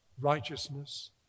righteousness